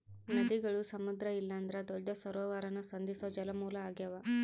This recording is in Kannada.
ನದಿಗುಳು ಸಮುದ್ರ ಇಲ್ಲಂದ್ರ ದೊಡ್ಡ ಸರೋವರಾನ ಸಂಧಿಸೋ ಜಲಮೂಲ ಆಗ್ಯಾವ